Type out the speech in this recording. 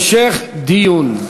ביטחון (תיקון,